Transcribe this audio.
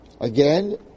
again